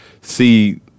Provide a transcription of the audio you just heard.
see